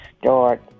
start